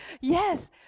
Yes